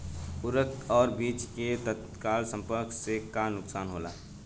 उर्वरक अ बीज के तत्काल संपर्क से का नुकसान होला?